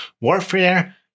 Warfare